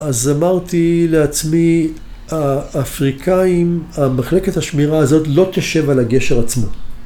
אז אמרתי לעצמי, האפריקאים, המחלקת השמירה הזאת לא תשב על הגשר עצמו.